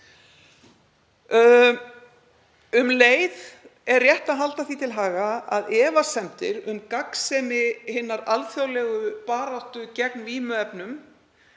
Um leið er rétt að halda því til haga að efasemdir um gagnsemi hinnar alþjóðlegu baráttu gegn vímuefnum